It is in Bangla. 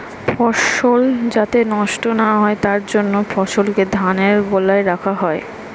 ফসল যাতে নষ্ট না হয় তার জন্য ফসলকে ধানের গোলায় রাখা হয়